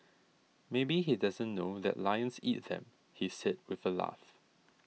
maybe he doesn't know that lions eat them he said with a laugh